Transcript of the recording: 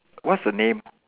what's the name